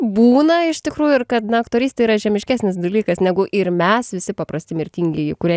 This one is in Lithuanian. būna iš tikrųjų ir kad na aktorystė yra žemiškesnis dalykas negu ir mes visi paprasti mirtingieji kurie